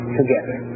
together